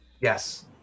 Yes